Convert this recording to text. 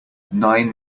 nine